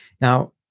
Now